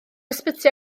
ysbyty